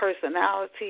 personality